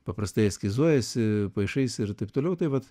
paprastai eskizuojiesi paišaisi ir taip toliau tai vat